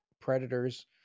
predators